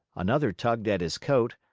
another tugged at his coat,